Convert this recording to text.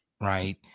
right